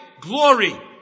glory